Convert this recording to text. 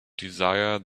desire